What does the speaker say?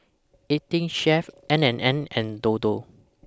eighteen Chef N and N and Dodo